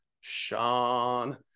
sean